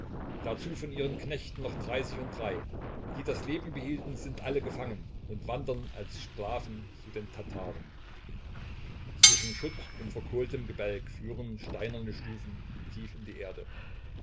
dazu von ihren knechten noch dreißig und drei die das leben behielten sind alle gefangen und wandern als sklaven zu den tataren zwischen schutt und verkohltem gebälk führen steinerne stufen tief in die erde